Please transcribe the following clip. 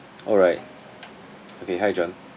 alright okay hi john